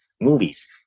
movies